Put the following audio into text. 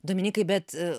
dominikai bet